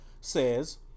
says